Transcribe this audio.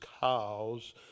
cows